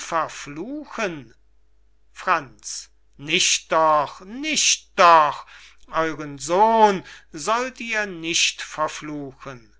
verfluchen franz nicht doch nicht doch euren sohn sollt ihr nicht verfluchen